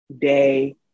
day